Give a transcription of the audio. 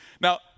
Now